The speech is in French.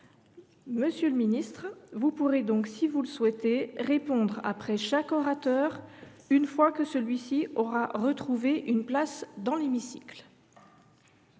Monsieur le ministre, vous pourrez donc, si vous le souhaitez, répondre après chaque orateur, une fois que celui ci aura retrouvé une place dans l’hémicycle.